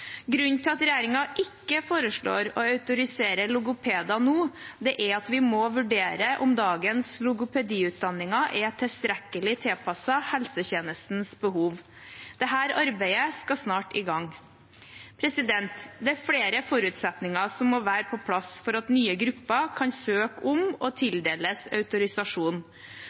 Grunnen til at regjeringen ikke foreslår å autorisere logopeder nå, er at vi må vurdere om dagens logopediutdanning er tilstrekkelig tilpasset helsetjenestens behov. Dette arbeidet skal snart i gang. Det er flere forutsetninger som må være på plass for at nye grupper kan søke om og tildeles autorisasjon.